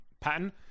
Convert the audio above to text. pattern